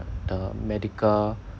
the medical